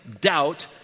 doubt